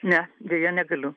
ne deja negaliu